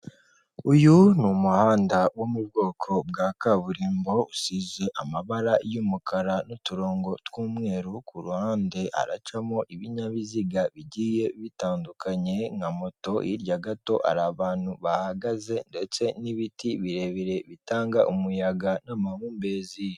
Uyu ni umuhanda wo mu bwoko bwa kaburimbo usize amabara y'umukara n'uturongo tw'umweru, ku ruhande haracamo ibinyabiziga bigiye bitandukanye nka moto, hirya gato abantu bahagaze ndetse n'ibiti birebire bitanga umuyaga n'amambezi.